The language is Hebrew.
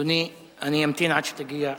אדוני, אני אחכה עד שתגיע.